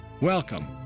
Welcome